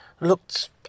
Looked